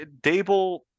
Dable